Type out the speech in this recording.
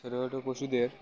ছোটখাটো পশুদের